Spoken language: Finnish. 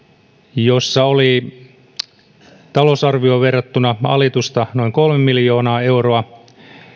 jossa oli talousarvioon verrattuna alitusta noin kolme miljoonaa euroa